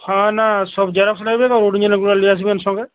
হ্যাঁ না সব জেরক্স লাগবে বা অরিজিনালগুলো নিয়ে আসবেন সঙ্গে